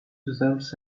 deserves